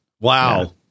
Wow